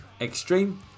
extreme